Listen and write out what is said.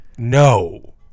No